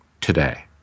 today